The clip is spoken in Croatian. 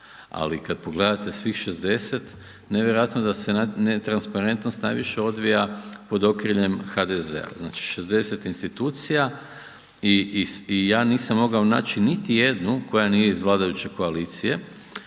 ali kad pogledate svih 60, nevjerojatno da se netransparentnost najviše odvija pod okriljem HDZ-a. Znači 60 institucija i ja nisam mogao naći niti jednu koja nije iz vladajuće koalicije.